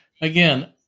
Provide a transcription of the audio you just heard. again